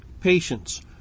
patience